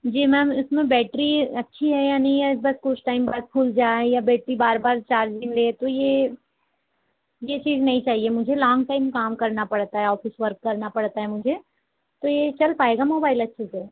जी ma'am इसमें battery अच्छी है या नहीं है या कुछ टाइम बाद फुल जाए या बैटरी बार बार चार्जिंग ले तो ये ये चीज़ नहीं चाहिए मुझे लॉन्ग टाइम काम करना पड़ता है ऑफिस वर्क करना पड़ता है मुझे तो ये चल पाएगा मोबाइल अच्छे से